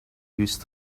used